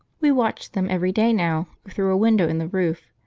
we watch them every day now, through a window in the roof.